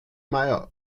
meier